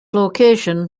location